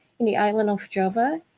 in the island of java,